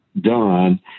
done